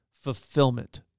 fulfillment